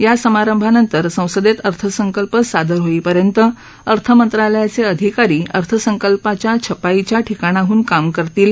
या समारंभानंतर संसदेत अर्थसंकल्प सादर होईपर्यंत अर्थमंत्रालयाचे अधिकारी अर्थसंकल्पाच्या छपाईच्या ठिकाणाहन काम करतील